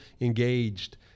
engaged